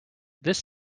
this